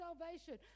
salvation